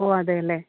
ഓ അതേല്ലേ